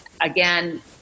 again